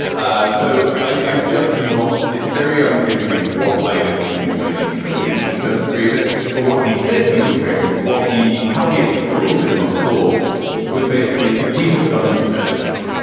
um so i just not. it's very unclear to me what i get thinks he's going to be doing in terms of creative but what he said he was going to what he how he explained this on the call was basically we have done the strategy,